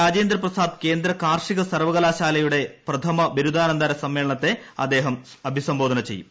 രാജേന്ദ്ര പ്രസാദ് കേന്ദ്ര കാർഷിക സർവ്വക്കലാർ ാലയുടെ പ്രഥമ ബിരുദദാന സമ്മേളനത്തെ അദ്ദേഹം അഭീസംബോധന ചെയ്യും